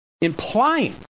Implying